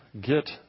get